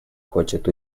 хочет